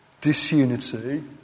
disunity